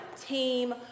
Team